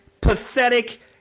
pathetic